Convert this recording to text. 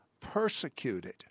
persecuted